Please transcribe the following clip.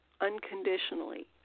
unconditionally